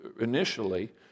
initially